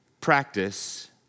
Practice